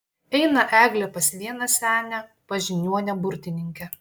eina eglė pas vieną senę pas žiniuonę burtininkę